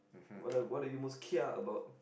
what are what are you most kia about